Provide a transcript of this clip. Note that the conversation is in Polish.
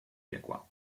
piekła